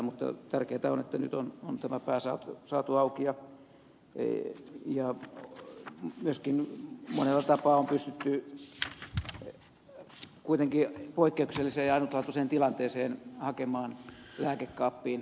mutta tärkeätä on että nyt on tämä pää saatu auki ja myöskin monella tapaa on pystytty kuitenkin poikkeuksellisessa ja ainutlaatuisessa tilanteessa hakemaan lääkekaappiin varustelua